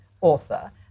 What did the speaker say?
author